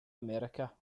america